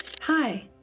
Hi